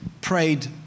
prayed